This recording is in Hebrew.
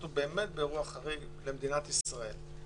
אנחנו באמת באירוע חריג למדינת ישראל.